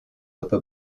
upper